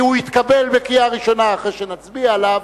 הוא יתקבל בקריאה ראשונה אחרי שנצביע עליו,